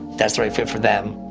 that's the right fit for them.